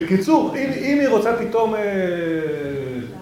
בקיצור, אם היא רוצה פתאום...